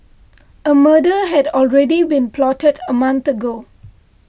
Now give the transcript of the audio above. a murder had already been plotted a month ago